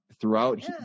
throughout